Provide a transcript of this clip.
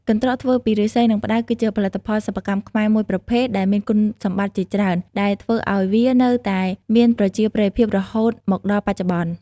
កន្ត្រកធ្វើពីឫស្សី និងផ្តៅ គឺជាផលិតផលសិប្បកម្មខ្មែរមួយប្រភេទដែលមានគុណសម្បត្តិជាច្រើន ដែលធ្វើឲ្យវានៅតែមានប្រជាប្រិយភាពរហូតមកដល់បច្ចុប្បន្ន។